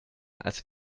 als